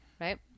right